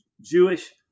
Jewish